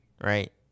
right